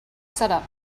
setup